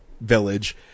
village